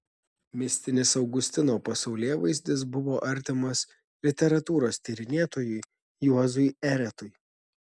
mistinis augustino pasaulėvaizdis buvo artimas literatūros tyrinėtojui juozui eretui